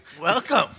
Welcome